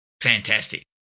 fantastic